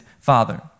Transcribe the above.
Father